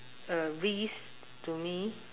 a risk to me